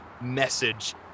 message